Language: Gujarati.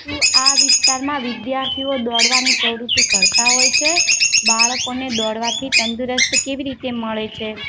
શું આ વિસ્તારમાં વિદ્યાર્થીઓ દોડવાની પ્રવૃત્તિ કરતાં હોય છે બાળકોને દોડવાથી તંદુરસ્ત કેવી રીતે મળે છે